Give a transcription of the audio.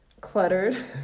cluttered